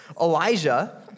Elijah